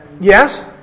Yes